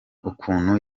ukuntu